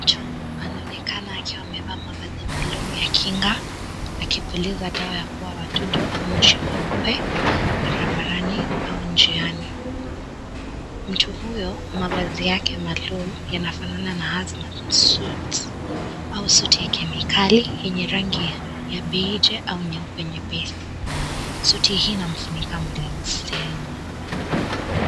Mtu anaonekana akiwa mevaa mavazi maalum ya kinga, akipuliza dawa ya kuua watudu au mushu mehube, barabarani au njiani. Mtu huyo, mavazi yake malomi, yanafanana na (cs) husband suit (cs) au suti ya kemikali, yenye rangi ya, nyabiije, au nyeupe nyepesi. Suti hii inamfunika mwili mzima.